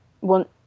want